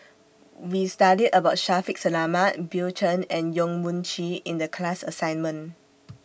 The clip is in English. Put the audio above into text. We studied about Shaffiq Selamat Bill Chen and Yong Mun Chee in The class assignment